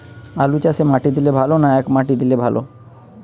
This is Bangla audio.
আলুচাষে মাটি দিলে ভালো না একমাটি দিয়ে চাষ ভালো?